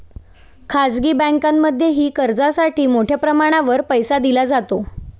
खाजगी बँकांमध्येही कर्जासाठी मोठ्या प्रमाणावर पैसा दिला जातो